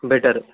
better